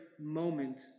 moment